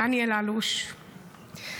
דניאל אלוש,